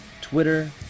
Twitter